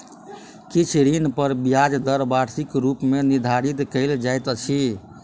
किछ ऋण पर ब्याज दर वार्षिक रूप मे निर्धारित कयल जाइत अछि